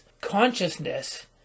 Consciousness